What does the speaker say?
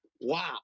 Wow